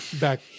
back